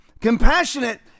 Compassionate